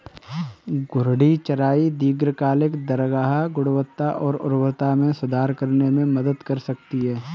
घूर्णी चराई दीर्घकालिक चारागाह गुणवत्ता और उर्वरता में सुधार करने में मदद कर सकती है